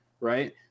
Right